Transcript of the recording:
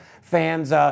fans